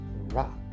rock